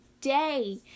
day